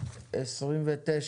29